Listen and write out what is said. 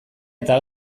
eta